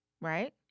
right